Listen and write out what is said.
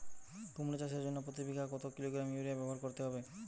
কুমড়ো চাষের জন্য প্রতি বিঘা কত কিলোগ্রাম ইউরিয়া ব্যবহার করতে হবে?